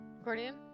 Accordion